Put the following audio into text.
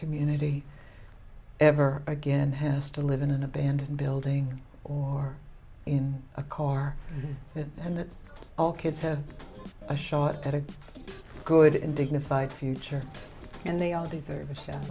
community ever again has to live in an abandoned building or in a car and that all kids have a shot at a good in dignified future and they all deserve